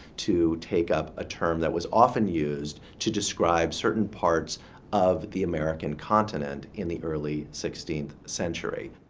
to take up a term that was often used to describe certain parts of the american continent in the early sixteenth century.